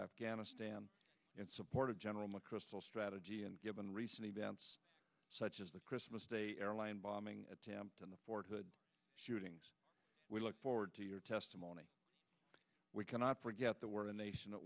afghanistan in support of general mcchrystal strategy and given recent events such as the christmas day airline bombing attempt on the fort hood shootings we look forward to your testimony we cannot forget that we're a nation